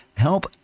Help